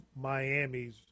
Miami's